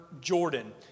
Jordan